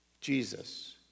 jesus